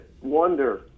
wonder